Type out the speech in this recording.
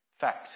fact